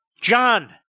John